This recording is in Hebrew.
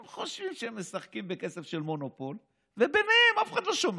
הם חושבים שהם משחקים בכסף של מונופול ביניהם ואף אחד לא שומע.